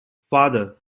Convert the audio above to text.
father